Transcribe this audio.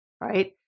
right